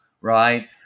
right